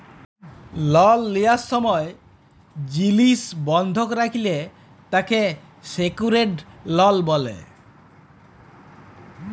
লল লিয়ার সময় জিলিস বন্ধক রাখলে তাকে সেক্যুরেড লল ব্যলে